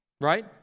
right